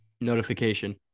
notification